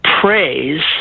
praise